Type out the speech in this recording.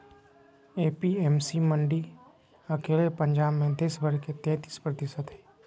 APMC मंडी अकेले पंजाब मे देश भर के तेतीस प्रतिशत हई